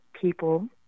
people